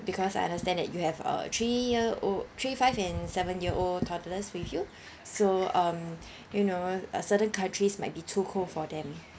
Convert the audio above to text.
because I understand that you have a three year old three five and seven year old toddlers with you so um you know a certain countries might be too cold for them